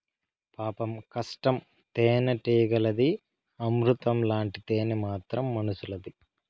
పాపం కష్టం తేనెటీగలది, అమృతం లాంటి తేనె మాత్రం మనుసులది